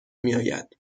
میآید